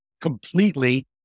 completely